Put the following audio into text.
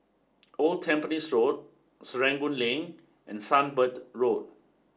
old Tampines Road Serangoon Link and Sunbird Road